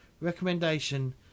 recommendation